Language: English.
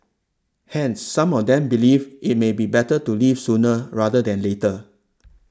hence some of them believe it may be better to leave sooner rather than later